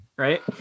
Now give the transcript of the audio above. Right